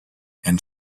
and